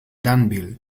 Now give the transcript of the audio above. danville